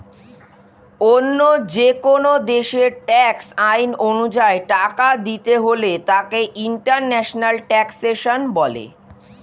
অন্য যেকোন দেশের ট্যাক্স আইন অনুযায়ী টাকা দিতে হলে তাকে ইন্টারন্যাশনাল ট্যাক্সেশন বলে